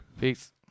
Peace